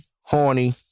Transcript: horny